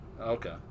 okay